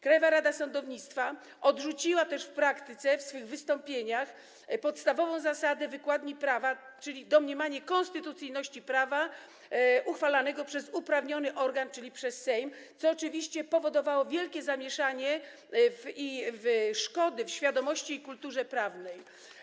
Krajowa Rada Sądownictwa odrzuciła też w praktyce w swych wystąpieniach podstawową zasadę wykładni prawa, czyli domniemanie konstytucyjności prawa uchwalanego przez uprawniony organ, czyli przez Sejm, co oczywiście powodowało wielkie zamieszanie i szkody w świadomości i kulturze prawnej.